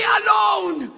alone